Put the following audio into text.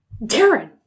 Darren